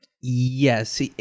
Yes